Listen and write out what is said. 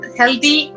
healthy